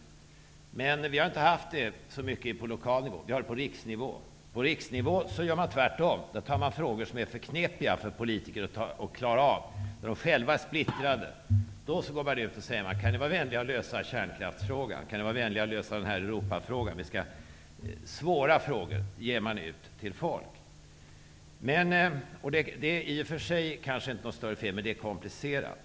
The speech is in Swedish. Men vi har inte haft så många folkomröstningar på lokal nivå, utan på riksnivå. Där gör man tvärtom -- man tar frågor som är för knepiga för politikerna att klara av, och där de själva är splittrade. Man går ut och säger: Kan ni vara vänliga att lösa kärnkraftsfrågan? Kan ni vara vänliga att lösa Europafrågan? Man ger folk svåra frågor. Det är kanske i och för sig inte något fel med det, men det är komplicerat.